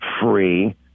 free